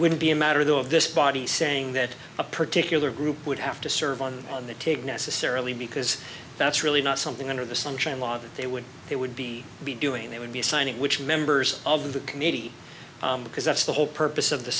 would be a matter though of this body saying that a particular group would have to serve on the take necessarily because that's really not something under the sunshine law that they would they would be be doing they would be assigning which members of the committee because that's the whole purpose of th